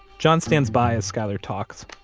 john stands by as skyler talks.